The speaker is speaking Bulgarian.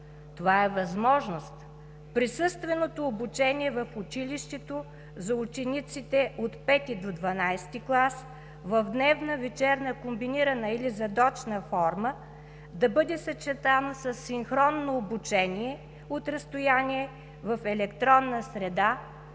това е възможност – присъственото обучение в училището за учениците от V до XII клас в дневна, вечерна, комбинирана или задочна форма, да бъде съчетана със синхронно обучение от разстояние в електронна среда,